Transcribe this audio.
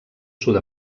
sud